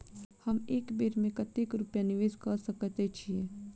हम एक बेर मे कतेक रूपया निवेश कऽ सकैत छीयै?